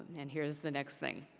and here's the next thing.